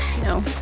No